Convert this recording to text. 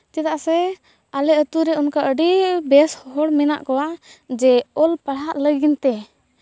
ᱪᱮᱫᱟᱜ ᱥᱮ ᱟᱞᱮ ᱟᱹᱛᱩ ᱨᱮ ᱚᱱᱠᱟ ᱟᱹᱰᱤ ᱵᱮᱥ ᱦᱚᱲ ᱢᱮᱱᱟᱜ ᱠᱚᱣᱟ ᱡᱮ ᱚᱞ ᱯᱟᱲᱦᱟᱜ ᱞᱟᱹᱜᱤᱫ ᱛᱮ